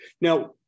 Now